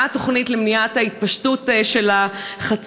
מה התוכנית למניעת התפשטות החצבת?